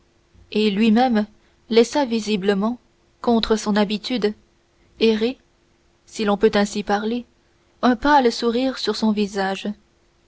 et lui-même laissa visiblement contre son habitude errer si l'on peut parler ainsi un pâle sourire sur son visage